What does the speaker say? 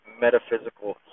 metaphysical